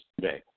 today